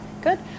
Good